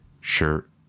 Shirt